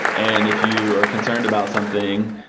and if you are concerned about something,